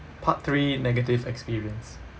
part three negative experience